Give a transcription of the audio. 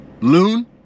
Loon